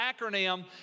acronym